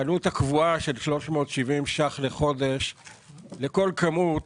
העלות הקבועה של 370 ₪ לחודש לכל כמות